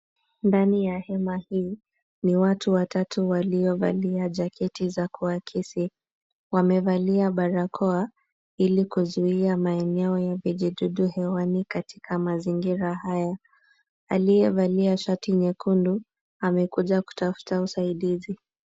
Ndani ya hema hii, ni watu watatu waliovalia jaketi za kuakisi. Wamevalia barakoa, ili kuzuia maeneo ya vijidudu hewani katika mazingira haya. Aliyevalia shati nyekundu, amekuja kutafuta usaidizi.